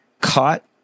caught